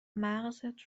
مغزت